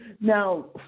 Now